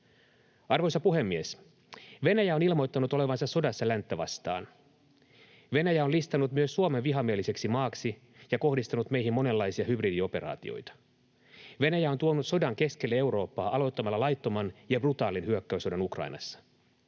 Arvoisa puhemies! Venäjä on ilmoittanut olevansa sodassa länttä vastaan. Venäjä on listannut myös Suomen vihamieliseksi maaksi ja kohdistanut meihin monenlaisia hybridioperaatioita. Venäjä on tuonut sodan keskelle Eurooppaa aloittamalla laittoman ja brutaalin hyökkäyssodan Ukrainassa.